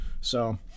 So-